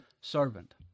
servant